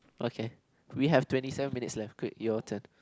okay we have twenty seven minutes left quick your turn